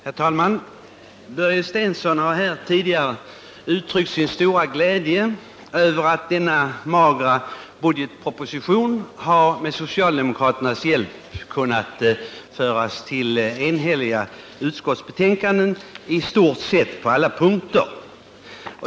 Herr talman! Börje Stensson har här tidigare uttryckt sin stora glädje över att denna magra budgetproposition med socialdemokraternas hjälp har kunnat föras till enhälliga utskottsbetänkanden på i stort sett alla punkter.